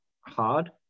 hard